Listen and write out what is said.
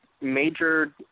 major